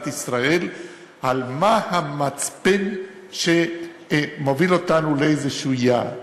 ישראל על המצפן שמוביל אותנו לאיזשהו יעד.